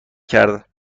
کرد